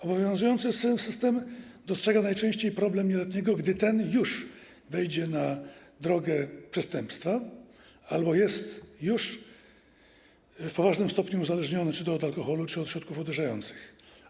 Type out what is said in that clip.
Obowiązujący system dostrzega najczęściej nieletniego, gdy ten już wejdzie na drogę przestępstwa albo jest już w poważnym stopniu uzależniony czy to od alkoholu, czy od środków odurzających.